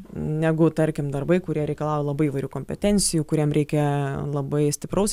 negu tarkim darbai kurie reikalauja labai įvairių kompetencijų kuriem reikia labai stipraus